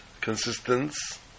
consistence